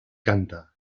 canta